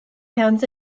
hands